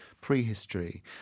prehistory